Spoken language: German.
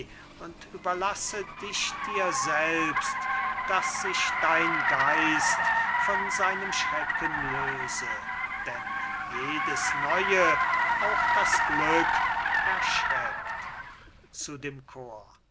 und überlasse dich dir selbst daß sich dein geist von seinem schrecken löse denn jedes neue auch das glück erschreckt zu dem chor